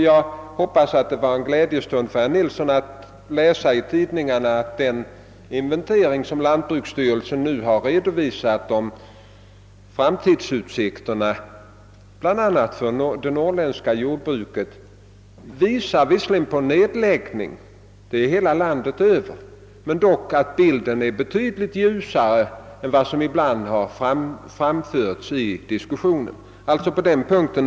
Jag hoppas att det var en glädjestund för herr Nilsson när han läste i tidningarna om den inventering som lantbruksstyrelsen nu redovisat om framtidsutsikterna bl.a. för det norrländska jordbruket. Den visar visserligen att det förekommer nedläggningar — det gäller hela landet — men att bilden dock är betydligt ljusare än vad man ibland i diskussionen velat göra gällande.